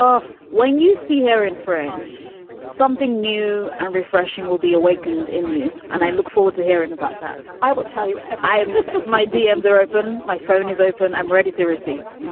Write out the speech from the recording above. oh, when you see her in french, something new and refreshing will be awakened in you. and i look forward to hearing about that. i will tell you, if i miss my dmz, i open. my phone is open i'm ready to receive.